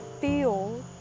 feel